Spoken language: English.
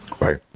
Right